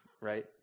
right